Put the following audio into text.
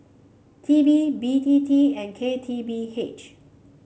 T B B T T and K T B H